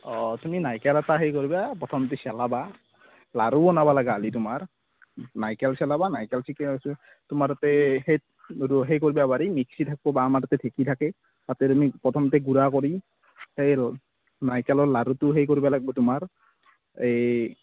অঁ তুমি নাইকেল এটা সেই কৰিবা পথমতে চেলাবা লাৰু বনাব লগা হ'লি তোমাৰ নাইকেল চেলাবা নাইকেল ঠিকে আছে তোমাৰ তাতে সেই কৰবা পাৰি মিকচি থাকব বা আমাৰ তাতে ঢেঁকী থাকে তাতে তুমি প্ৰথমতে গুড়া কৰি সেই ৰ নাইকেলৰ লাৰুটো সেই কৰিবা লাগবো তোমাৰ এই